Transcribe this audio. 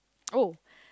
oh